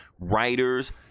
writers